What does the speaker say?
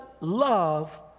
love